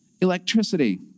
electricity